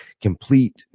complete